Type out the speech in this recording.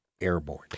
airborne